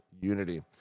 unity